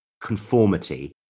conformity